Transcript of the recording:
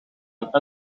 een